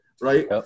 right